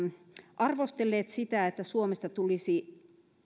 arvostelleet sitä että suomesta tulisi